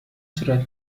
صورت